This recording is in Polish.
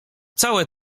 całe